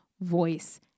voice